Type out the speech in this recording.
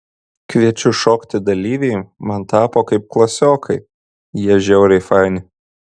kviečiu šokti dalyviai man tapo kaip klasiokai jie žiauriai faini